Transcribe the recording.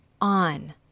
on